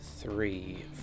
three